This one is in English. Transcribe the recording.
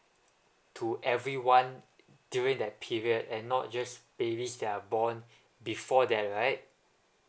to everyone during that period and not just babies that are born before that right